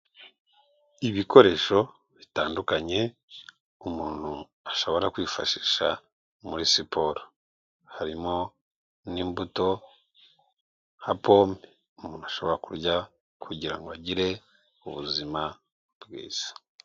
Ibikoresho bitandukanye umuntu ashobora kwifashisha muri siporo, harimo n'imbuto nka pome umuntu ashobora kurya kugirango agire ubuzima bwiza.